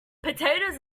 potatoes